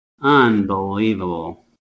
Unbelievable